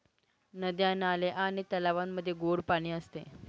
नद्या, नाले आणि तलावांमध्ये गोड पाणी असते